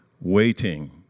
Waiting